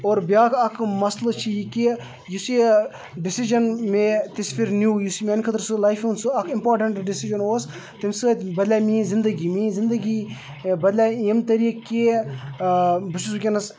اور بیٛاکھ اَکھ مَسلہٕ چھِ یہِ کہ یُس یہِ ڈٮ۪سِجَن مےٚ تِژھ پھِر نیوٗ یُس میٛانہِ خٲطرٕ سُہ لایفہِ ہُنٛد سُہ اکھ اِمپاٹَنٛٹ ڈٮ۪سِجَن اوس تمہ سۭتۍ بَدلے میٲنۍ زندگی میٲنۍ زندگی بَدلے ییٚمہِ طٔریٖقہٕ کہ بہٕ چھُس وٕنکٮ۪س